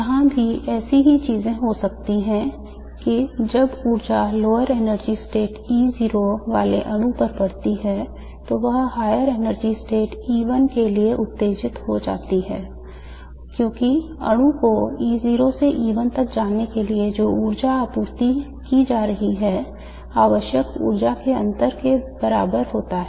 यहां भी ऐसी ही चीजें हो सकती हैं कि जब ऊर्जा lower energy state E0 वाले अणु पर पड़ती है तो वह higher state E1 के लिए उत्तेजित हो जाती है क्योंकि अणु को E0 से E1 तक जाने के लिए जो ऊर्जा आपूर्ति की जा रही है आवश्यक ऊर्जा के अंतर के बराबर होता है